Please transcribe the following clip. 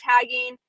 tagging